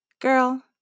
Girl